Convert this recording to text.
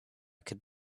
could